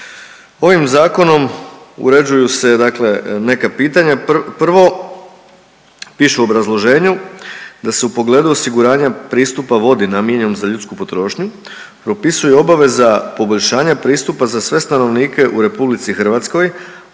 Ovim zakonom uređuju se dakle neka pitanja, prvo, piše u obrazloženju da se u pogledu osiguranja pristupa vodi namijenjenoj za ljudsku potrošnju propisuje obaveza poboljšanja pristupa za sve stanovnike u RH,